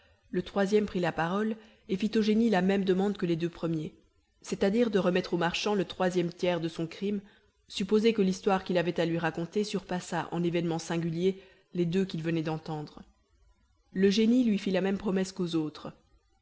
le troisième prit la parole et fit au génie la même demande que les deux premiers c'est-à-dire de remettre au marchand le troisième tiers de son crime supposé que l'histoire qu'il avait à lui raconter surpassât en événements singuliers les deux qu'il venait d'entendre le génie lui fit la même promesse qu'aux autres